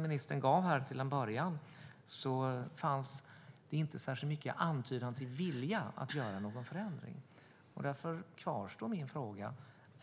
ministerns interpellationssvar fanns inte särskilt mycket av antydan till vilja att göra någon förändring. Därför kvarstår min fråga.